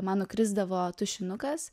man nukrisdavo tušinukas